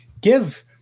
Give